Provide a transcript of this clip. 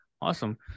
Awesome